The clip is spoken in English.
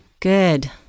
Good